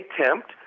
attempt